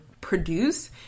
produce